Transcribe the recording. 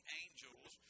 angels